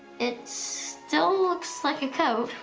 it still looks like a code.